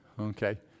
Okay